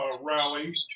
rally